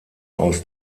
aus